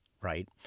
right